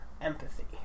empathy